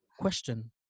question